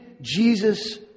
Jesus